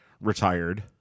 retired